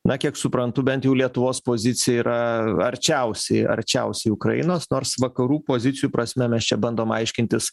na kiek suprantu bent jau lietuvos pozicija yra arčiausiai arčiausiai ukrainos nors vakarų pozicijų prasme mes čia bandom aiškintis